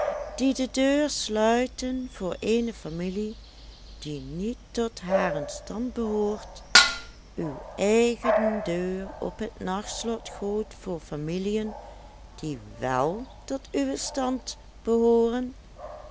die de deur sluiten voor eene familie die niet tot haren stand behoort uw eigen deur op het nachtslot gooit voor familiën die wèl tot uwen stand behooren